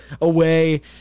away